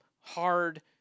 hard